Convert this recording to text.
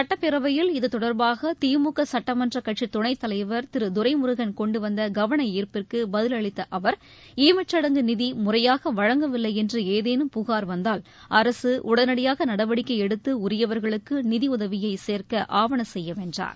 சுட்டப்பேரவையில் இத்தொடர்பாக திமுக சுட்டமன்ற கட்சி துணைத்தலைவர் திரு துரைமுருகள் கொண்டுவந்த கவனார்ப்பிற்கு பதில் அளித்த அவர் ஈமச்சுடங்கு நிதி முறையாக வழங்கவில்லை என்று ஏதேனும் புகார் வந்தால் அரசு உடனடியாக நடவடிக்கை எடுத்து உரியவர்களுக்கு நிதியுதவியை சேர்க்க ஆவன செய்யும் என்றார்